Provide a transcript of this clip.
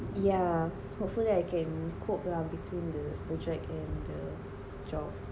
yeah hopefully I can cope lah between the project and the job